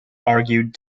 argued